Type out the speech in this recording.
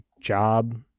job